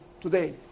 today